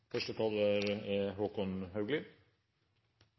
Første taler er